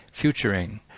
futuring